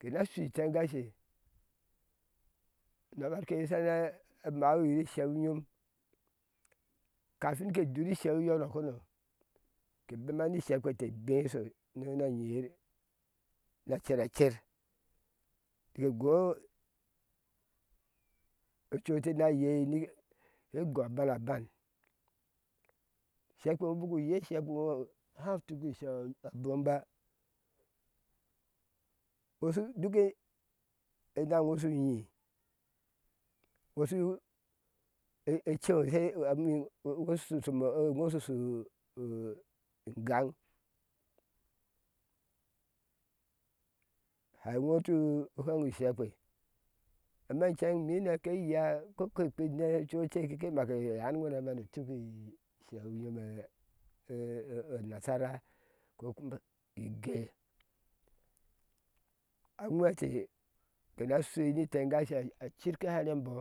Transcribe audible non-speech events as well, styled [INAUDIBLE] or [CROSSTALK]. kenashui itungashe na bar keye shanaa amawiyir isheu nyom kafin ke duri isheu yonokɔno ke bema ni sheuk pete bee na nyiyir na cer a cer te gɔɔ ocu ɛte na yei shu gɔɔ a banaban shekpeŋo biku yei shekpeŋo hau tuki ŋo isheu abɔmba ŋoshu duk enaŋeŋo shu nyi ŋoshu ceŋeshe a nyi ŋo shu shome eŋo shu shu u u igaŋ hai eŋo tu fweŋi isheukpe amma inceŋ mine ke yea koi kpe ninɛ ke make arŋo rɛm ni bane tuki isheu nyome [HESITATION] nasara ko kuma igéé awhee te kenashui ni itengashe acirka a rɛmbɔ